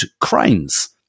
cranes